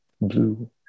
blue